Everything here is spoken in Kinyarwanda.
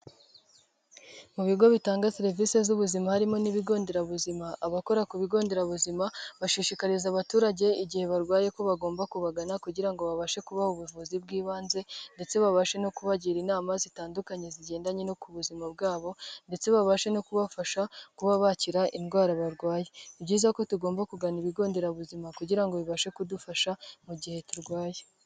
Mu bigo bitanga serivisi z'ubuzima harimo n'ibigo nderabuzima abakora ku bigo nderabuzima bashishikariza abaturage igihe barwaye ko bagomba kubagana kugira ngo babashe kubaho ubuvuzi bw'ibanze ndetse babashe no kubagira inama zitandukanye zigendanye no ku buzima bwabo ndetse babashe no kubafasha kuba bakira indwara barwaye, ni byiza ko tugomba kugana ibigo nderabuzima kugira ngo bibashe kudufasha mu gihe turwaye.